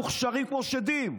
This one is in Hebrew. מוכשרים כמו שדים.